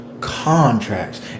contracts